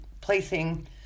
placing